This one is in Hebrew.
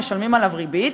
משלמים עליו ריבית,